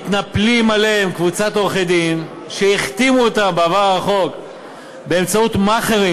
מתנפלת עליהם קבוצת עורכי-דין שהחתימו אותם בעבר הרחוק באמצעות מאכערים,